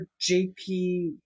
JP